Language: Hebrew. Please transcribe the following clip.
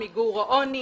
מיגור העוני,